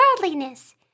worldliness